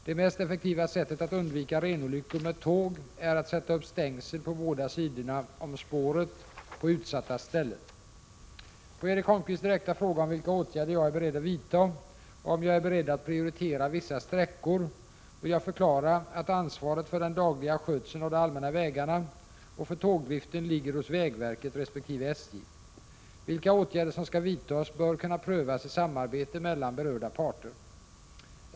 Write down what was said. Det mest effektiva sättet att undvika renolyckor med tåg är att sätta upp stängsel på båda sidor om spåret på utsatta ställen. På Erik Holmkvists direkta fråga om vilka åtgärder jag är beredd att vidta 51 och om jag är beredd att prioritera vissa sträckor vill jag förklara att ansvaret för den dagliga skötseln av de allmänna vägarna och för tågdriften ligger hos vägverket resp. SJ. Vilka åtgärder som skall vidtas bör kunna prövas i samarbete mellan berörda parter.